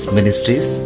Ministries